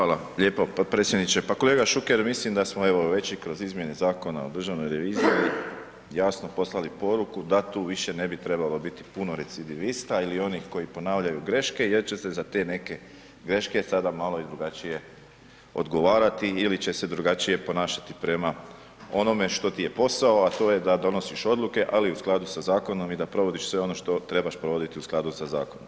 Hvala lijepo, pa predsjedniče, pa kolega Šuker, mislim da smo evo već i kroz izmjene Zakona o državnoj reviziji jasno poslali poruku da tu više ne bi trebalo biti puno recidivista ili onih koji ponavljaju greške jer će se za te neke greške sada malo i drugačije odgovarati ili će se drugačije ponašati prema onome što ti je posao a to je da donosiš odluke ali u skladu sa zakonom i da provodiš sve ono što trebaš provoditi u skladu zakonom.